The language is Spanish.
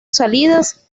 salidas